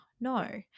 No